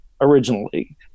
originally